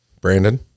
Brandon